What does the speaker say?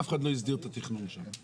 אף אחד לא הסדיר את התכנון שם.